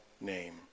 name